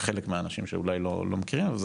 חלק מהאנשים שאולי לא מכירים.